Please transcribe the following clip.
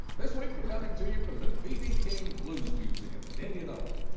this week, we're coming to you from the bb king blues museum in indianola.